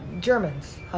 Germans